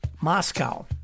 Moscow